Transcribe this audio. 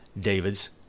David's